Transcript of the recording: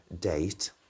date